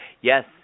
Yes